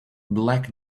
black